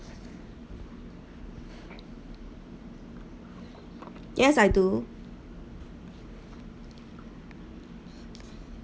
yes I do